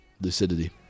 lucidity